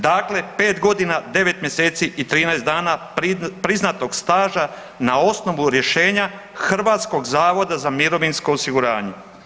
Dakle, 5 godine, 9 mjeseci i 13 dana priznatog staža na osnovu rješenja Hrvatskog zavoda za mirovinsko osiguranje.